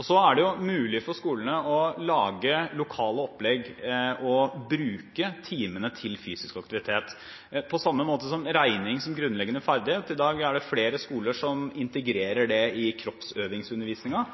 Så er det mulig for skolene å lage lokale opplegg og bruke timene til fysisk aktivitet, på samme måte som ved regning som grunnleggende ferdighet. I dag er det flere skoler som integrerer det i